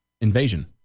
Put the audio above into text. invasion